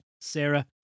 Sarah